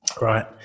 right